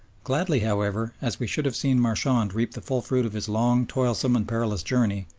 gladly, however, as we should have seen marchand reap the full fruit of his long, toilsome, and perilous journey,